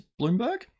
Bloomberg